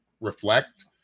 reflect